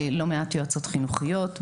לא מעט יועצות חינוכיות,